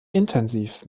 intensiv